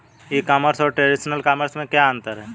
ई commerce और traditional commerce में क्या अंतर है?